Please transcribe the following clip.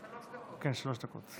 כן, שלוש דקות.